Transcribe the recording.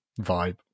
vibe